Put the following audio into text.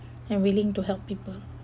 and willing to help people